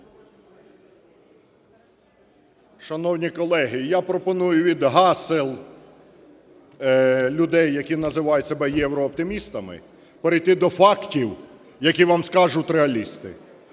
Шановні колеги, я пропоную від гасел людей, які називають себе єврооптимістами, перейти до фактів, які вам скажуть реалісти.